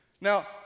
Now